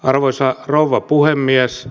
arvoisa rouva puhemies